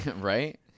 right